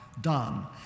done